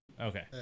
Okay